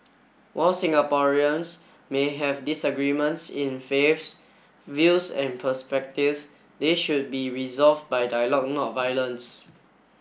while Singaporeans may have disagreements in faiths views and perspectives they should be resolved by dialogue not violence